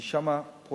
כי שם פועל,